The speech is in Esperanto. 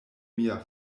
mia